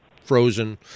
frozen